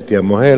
הייתי המוהל,